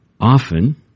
often